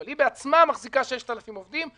אבל היא בעצמה מחזיקה 6,000 עובדים.